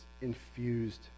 infused